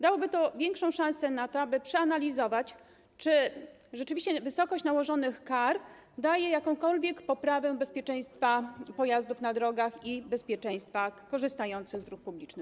Dałoby to większą szansę na to, aby przeanalizować, czy rzeczywiście wysokość nałożonych kar daje jakąkolwiek poprawę bezpieczeństwa pojazdów na drogach i osób korzystających z dróg publicznych?